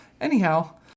anyhow